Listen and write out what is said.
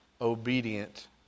obedient